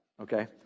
Okay